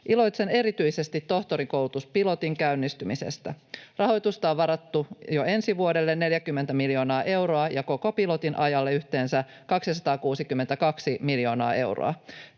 Iloitsen erityisesti tohtorikoulutuspilotin käynnistymisestä. Rahoitusta on varattu jo ensi vuodelle 40 miljoonaa euroa ja koko pilotin ajalle yhteensä 262 miljoonaa euroa.